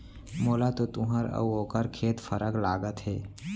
मोला तो तुंहर अउ ओकर खेत फरक लागत हे